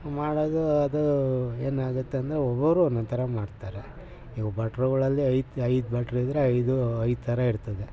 ಮಾಡೋದು ಅದು ಏನಾಗುತ್ತೆ ಅಂದರೆ ಒಬೋರು ಒಂದೊಂದು ಥರ ಮಾಡ್ತಾರೆ ನೀವು ಭಟ್ರುಗಳಲ್ಲಿ ಐದು ಐದು ಭಟ್ರು ಇದ್ದರೆ ಐದು ಐದು ಥರ ಇರ್ತದೆ